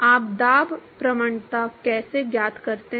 आप दाब प्रवणता कैसे ज्ञात करते हैं